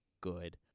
good